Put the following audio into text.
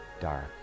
dark